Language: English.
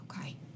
Okay